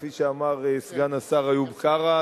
כפי שאמר סגן השר איוב קרא,